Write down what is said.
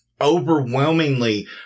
overwhelmingly